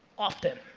often,